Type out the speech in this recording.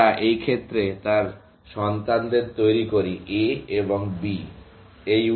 আমরা এই ক্ষেত্রে তার সন্তানদের তৈরি করি A এবং B